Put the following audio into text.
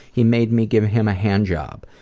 he made me give him a hand job.